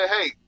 hey